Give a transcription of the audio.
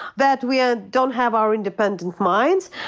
that we ah don't have our independent minds.